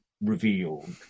revealed